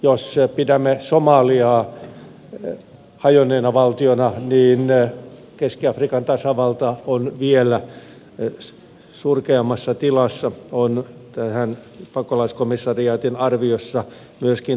jos pidämme somaliaa hajonneena valtiona niin keski afrikan tasavalta on vielä surkeammassa tilassa on pakolaiskomissariaatin arviossa myöskin todettu